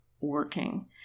working